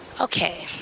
okay